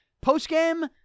post-game